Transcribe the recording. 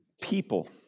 people